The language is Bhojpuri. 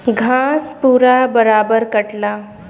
घास पूरा बराबर कटला